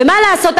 ומה לעשות,